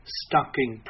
stocking